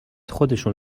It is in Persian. خودشون